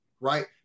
right